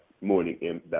morning